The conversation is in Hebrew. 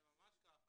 זה ממש ככה.